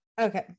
Okay